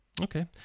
Okay